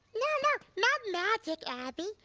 no, no, not magic abby,